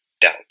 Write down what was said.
doubt